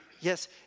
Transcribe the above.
yes